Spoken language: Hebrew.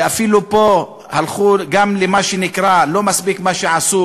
אפילו פה הלכו גם למה שנקרא, לא מספיק מה שעשו